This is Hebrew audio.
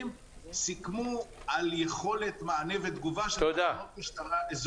סיכמו על יכולת מענה ותגובה של כוחות משטרה.